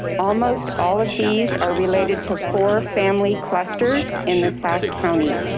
almost all of these are related to four family clusters in the south county.